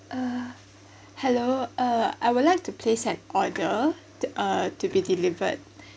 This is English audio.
uh hello uh I would like to place an order to uh to be delivered